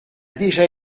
déjà